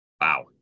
Wow